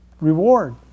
reward